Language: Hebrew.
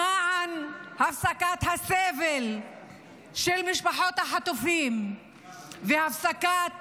למען הפסקת הסבל של משפחות החטופים והפסקת